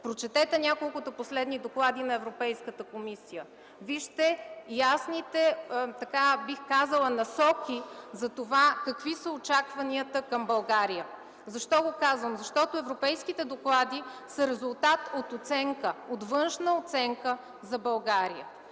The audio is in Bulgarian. Прочетете няколкото последни доклади на Европейската комисия. Вижте ясните, бих казала, насоки за това какви са очакванията към България. Защо го казвам? Защото европейските доклади са резултат от външна оценка за България.